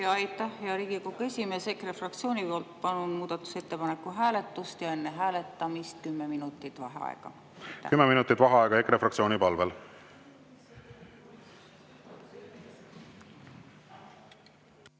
hea Riigikogu esimees! EKRE fraktsiooni poolt palun muudatusettepaneku hääletust ja enne hääletamist kümme minutit vaheaega. Kümme minutit vaheaega EKRE fraktsiooni palvel.V